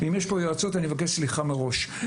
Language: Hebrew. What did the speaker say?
אם יש פה יועצות אני מבקש סליחה מראש.